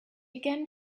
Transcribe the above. again